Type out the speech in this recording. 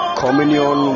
communion